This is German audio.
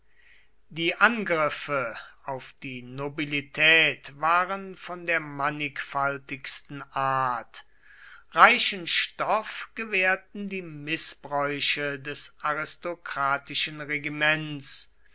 die angriffe auf die nobilität waren von der mannigfaltigsten art reichen stoff gewährten die mißbräuche des aristokratischen regiments